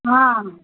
ஆ